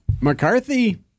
McCarthy